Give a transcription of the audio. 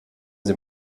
sie